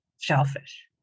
shellfish